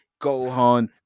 gohan